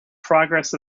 progress